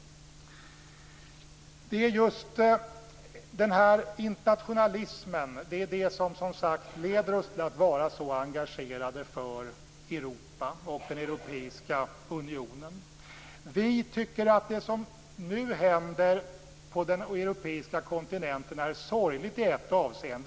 Det är som sagt just den här internationalismen som leder oss till att vara så engagerade för Europa och den europeiska unionen. Vi tycker att det som nu händer på den europeiska kontinenten är sorgligt i ett avseende.